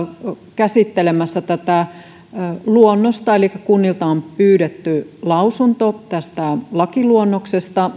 käsittelemässä tätä luonnosta elikkä kunnilta on pyydetty lausunto tästä lakiluonnoksesta